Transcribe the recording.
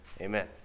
Amen